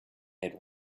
add